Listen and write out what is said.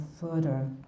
further